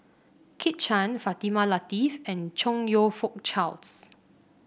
Kit Chan Fatimah Lateef and Chong You Fook Charles